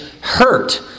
hurt